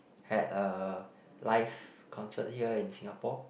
had a live concert here in Singapore